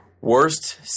Worst